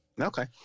Okay